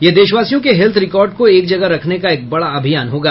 यह देशवासियों के हेत्थ रिकॉर्ड को एक जगह रखने का एक बड़ा अभियान होगा